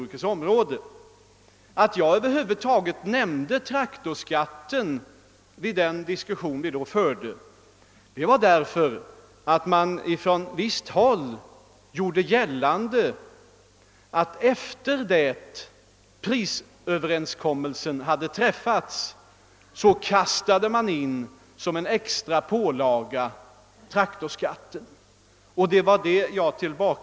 Orsaken till att jag över huvud taget nämnde traktorskatten i den diskussionen var att det från visst håll gjordes gällande att traktorskatten kastats in som en extra pålaga efter det att prisöverenskommelsen träffats Jag tillba-.